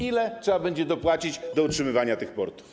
Ile trzeba będzie dopłacić do utrzymywania tych portów?